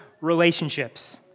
relationships